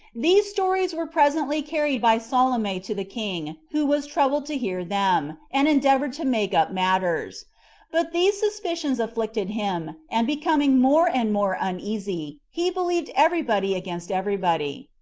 these stories were presently carried by salome to the king, who was troubled to hear them, and endeavored to make up matters but these suspicions afflicted him, and becoming more and more uneasy, he believed every body against every body.